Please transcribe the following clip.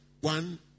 one